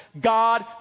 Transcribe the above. God